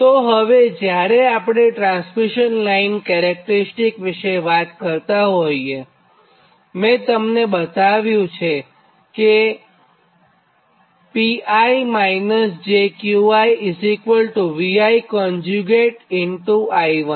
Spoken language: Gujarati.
તો હવે જ્યારે આપણે ટ્રાન્સમિશન લાઇન કેરેક્ટરીસ્ટીક વિષે વાત કરતાં હોઇએમેં તમને બતાવ્યું કે Pi jQi ViIi